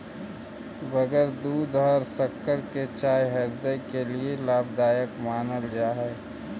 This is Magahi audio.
बगैर दूध और शक्कर की चाय हृदय के लिए लाभदायक मानल जा हई